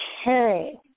Okay